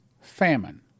Famine